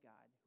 God